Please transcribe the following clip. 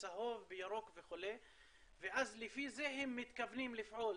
ירוק וצהוב ואז לפי זה הם מתכוונים לפעול.